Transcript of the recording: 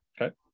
Okay